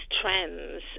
trends